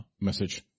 message